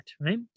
right